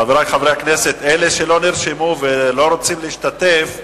חברי חברי הכנסת, אלה שלא נרשמו ולא רוצים להשתתף,